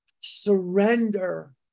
Surrender